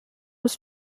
was